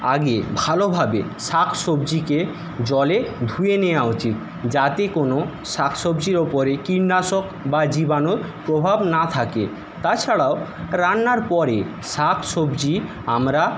আগে ভালোভাবে শাক সবজিকে জলে ধুয়ে নেওয়া উচিত যাতে কোনও শাক সবজির উপরে কীটনাশক বা জীবানুর প্রভাব না থাকে তাছাড়াও রান্নার পরে শাক সবজি আমরা